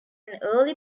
early